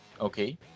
Okay